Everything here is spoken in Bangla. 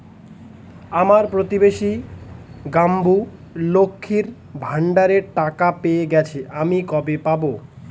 আমার প্রতিবেশী গাঙ্মু, লক্ষ্মীর ভান্ডারের টাকা পেয়ে গেছে, আমি কবে পাব?